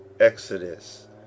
Exodus